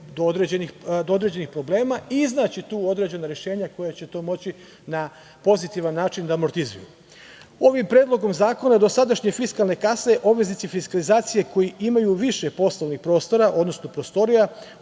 do određenih problema i iznaći određena rešenja koja će to moći na pozitivan način da amortizuju. Ovim predlogom zakona, dosadašnje fiskalne kase, obveznici fiskalizacije koji imaju više poslovnih prostora, odnosno prostorija,